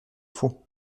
faux